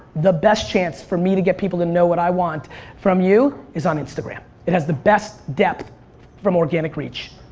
the best chance for me to get people to know what i want from you is on instagram. it has the best depth from organic reach.